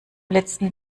letzten